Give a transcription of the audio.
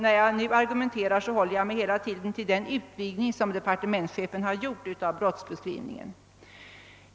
— När jag nu argumenterar talar jag hela tiden om den utvidgning av brottsbeskrivningen som departementschefen föreslås.